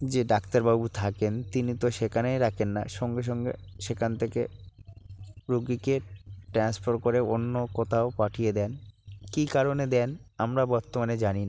যে ডাক্তারবাবু থাকেন তিনি তো সেখানেই রাখেন না সঙ্গে সঙ্গে সেখান থেকে রুগীকে ট্রান্সফার করে অন্য কোথাও পাঠিয়ে দেন কী কারণে দেন আমরা বর্তমানে জানি না